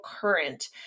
current